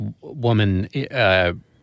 woman –